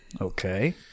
Okay